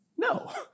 No